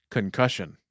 Concussion